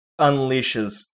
unleashes